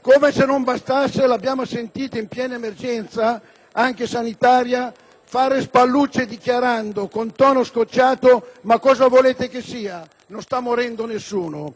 Come se non bastasse, l'abbiamo sentita, in piena emergenza, anche sanitaria, fare spallucce dichiarando, con tono scocciato: «Ma cosa volete che sia? Non sta morendo nessuno».